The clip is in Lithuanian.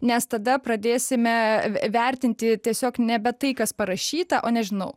nes tada pradėsime vertinti tiesiog nebe tai kas parašyta o nežinau